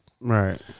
Right